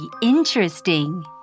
interesting